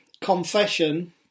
confession